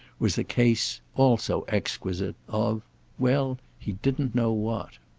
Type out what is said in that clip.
was a case, also exquisite, of well, he didn't know what.